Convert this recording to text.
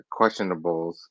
questionables